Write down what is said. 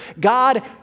God